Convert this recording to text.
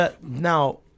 now